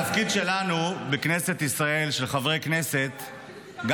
התפקיד של חברי הכנסת בכנסת ישראל,